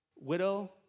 widow